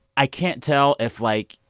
i can't tell if, like,